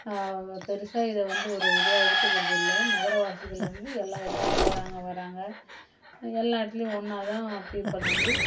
பெருசாக இதை வந்து ஒரு இதுவாக எடுத்துகிறது இல்லை நகர வாசிகள் வந்து எல்லா இடத்துக்கும் போகிறாங்க வராங்க எல்லா இடத்துலயும் ஒன்றாதான் பிற்பாடு வந்து